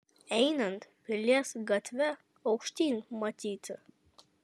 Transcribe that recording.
einant pilies gatve aukštyn matyti